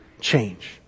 change